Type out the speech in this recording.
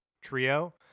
trio